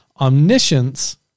Omniscience